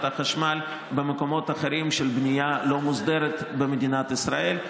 החשמל במקומות אחרים של בנייה לא מוסדרת במדינת ישראל.